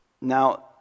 now